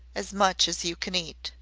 as much as you can eat.